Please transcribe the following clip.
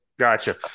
Gotcha